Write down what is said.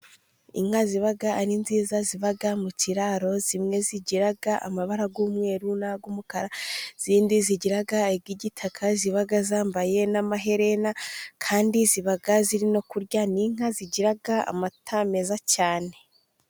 Inka ziba ari nziza ziba mu kiraro, zimwe zigira amabarara y'umweru n'ay'umukara, izindi zigira ay' igitaka ziba zambaye n'amaherena kandi ziba ziri no kurya, ni inka zigira amata meza cyane.